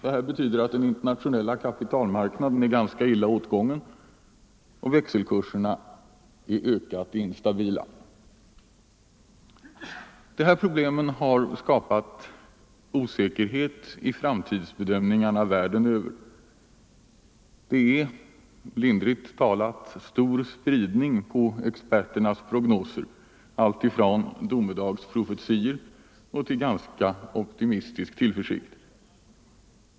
Detta betyder att den internationella kapitalmarknaden är ganska illa åtgången och växelkurserna ökat instabila. De här problemen har skapat osäkerhet i framtidsbedömningarna världen över. Det är, lindrigt talat, stor spridning på experternas prognoser, allt ifrån domedagsprofetior till ganska optimistisk tillförsikt.